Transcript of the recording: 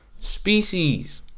species